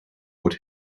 wordt